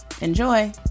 Enjoy